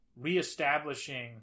reestablishing